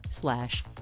slash